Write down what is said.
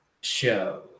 Show